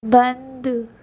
بند